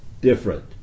different